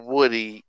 Woody